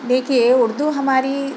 دیکھئے اُردو ہماری